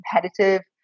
competitive